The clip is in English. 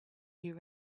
you